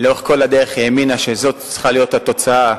לאורך כל הדרך האמינה שזאת צריכה להיות התוצאה,